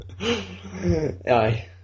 aye